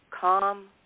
calm